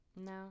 No